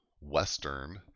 Western